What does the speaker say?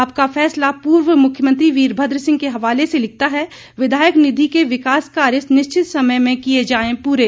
आपका फैसला पूर्व मुख्यमंत्री वीरभद्र सिंह के हवाले से लिखता है विधायक निधि के विकास कार्य निश्चित समय में किए जाएं पूरे